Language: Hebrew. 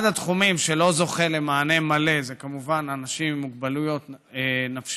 אחד התחומים שלא זוכה למענה מלא זה כמובן אנשים עם מוגבלויות נפשיות,